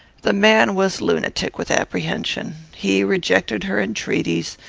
the man was lunatic with apprehension. he rejected her entreaties,